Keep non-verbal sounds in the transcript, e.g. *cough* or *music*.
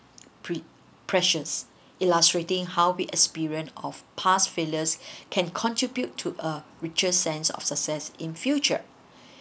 pre~ precious illustrating how we experience of past failures *breath* can contribute to a richer sense of success in future *breath*